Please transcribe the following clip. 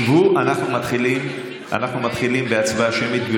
שבו, אנחנו מתחילים בהצבעה שמית.